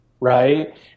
right